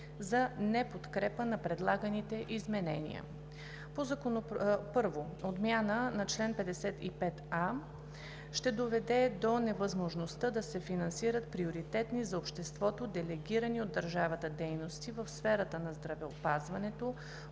за неподкрепа на предлаганите изменения: 1. Отмяната на чл. 55а ще доведе до невъзможността да се финансират приоритетни за обществото делегирани от държавата дейности в сферата на здравеопазването,